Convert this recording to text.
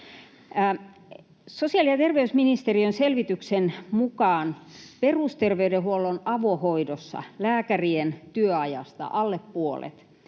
Sosiaali‑ ja terveysministeriön selvityksen mukaan perusterveydenhuollon avohoidossa lääkärien työajasta alle puolet